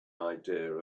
idea